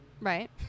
Right